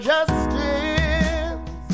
Justice